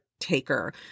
taker